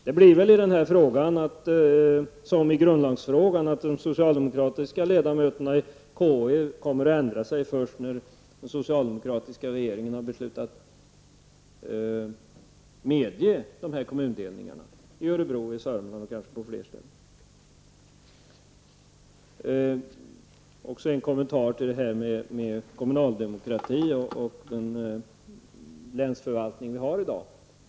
Det blir väl i den frågan som i grundlagsfrågan, att de socialdemokratiska ledamöterna i konstitutionsutskottet kommer att ändra sig först när den socialdemokratiska regeringen har beslutat medge dessa kommundelningar -- i Örebro, i Södermanland och kanske på flera ställen. Så en kommentar om kommunal demokrati och den länsförvaltning som vi i dag har.